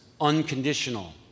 unconditional